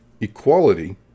equality